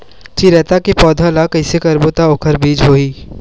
चिरैता के पौधा ल कइसे करबो त ओखर बीज होई?